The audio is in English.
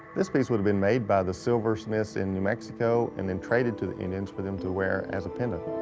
this piece would have been made by the silver smiths in new mexico, and then traded to the indians for them to wear as a pendant.